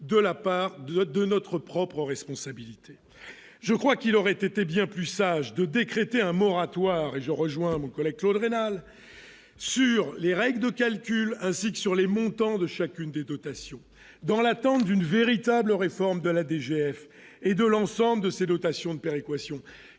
de notre propre responsabilité, je crois qu'il aurait été bien plus sage de décréter un moratoire et je rejoins mon collègue Claude rénal sur les règles de calcul, ainsi que sur les montants de chacune des dotations dans l'attente d'une véritable réforme de la DGF et de l'ensemble de ces dotations de péréquation